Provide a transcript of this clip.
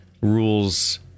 rules